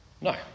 No